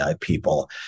people